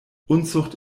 unzucht